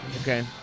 Okay